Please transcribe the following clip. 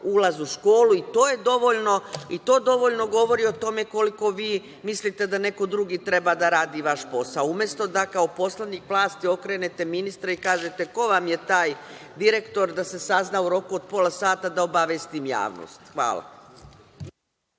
ulaz u školu i to je dovoljno, i to dovoljno govori o tome koliko vi mislite da treba neko drugi da radi vaš posao. Umesto da kao poslanik vlasti, okrenete ministra i kažete ko vam je taj direktor, da se sazna u roku od pola sata i da obavestim javnost. Hvala.